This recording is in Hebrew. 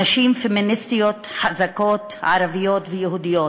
נשים פמיניסטיות חזקות, ערביות ויהודיות: